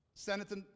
Senator